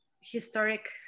historic